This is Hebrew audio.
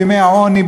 בימי העוני,